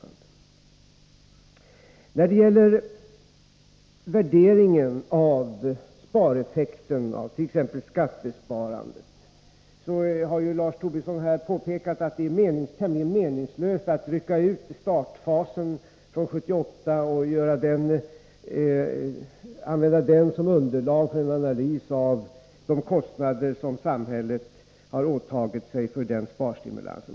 När det gäller värderingen av spareffekten avt.ex. skattesparandet är det, som Lars Tobisson har påpekat, tämligen meningslöst att rycka ut startfasen 1978 och använda den som underlag för en analys av de kostnader som samhället har åtagit sig för den sparstimulansen.